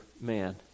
man